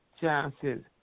chances